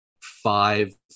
five